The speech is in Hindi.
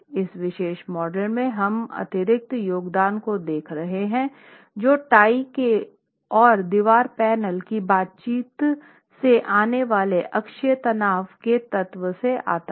इस विशेष मॉडल में हम अतिरिक्त योगदान को देख रहे हैं जो टाई के और दीवार पैनल की बातचीत से आने वाले अक्षीय तनाव के तत्व से आता है